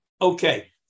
Okay